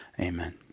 Amen